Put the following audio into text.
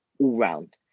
all-round